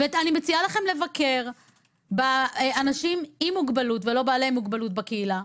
אני מציעה לכם לבקר אנשים עם מוגבלות ולא בעלי מוגבלות בקהילה,